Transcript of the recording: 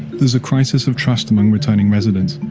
there's a crisis of trust among returning residents,